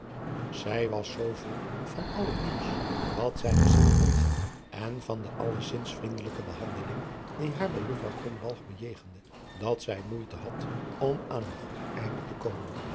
zij was zoo vol van al het nieuws wat zij gezien had en van de allezins vriendelijke behandeling die haar bij juffrouw krombalg bejegende dat zij moeite had om aan een goed einde te komen